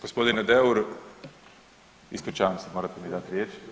Gospodine Deur, ispričavam se morate mi dati riječ.